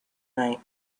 night